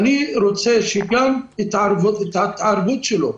אני רוצה גם את ההתערבות שלו.